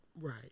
Right